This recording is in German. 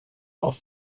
auf